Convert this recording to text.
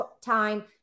Time